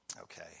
Okay